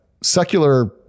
secular